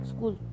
School